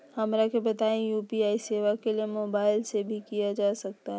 हमरा के बताइए यू.पी.आई सेवा के लिए मोबाइल से भी किया जा सकता है?